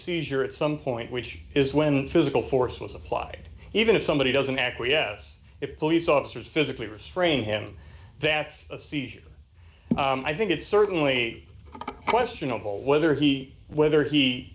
seizure at some point which is when physical force was applied even if somebody doesn't acquiesce if police officers physically restrain him that's a seizure i think it's certainly questionable whether he whether he